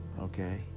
okay